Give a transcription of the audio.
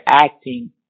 acting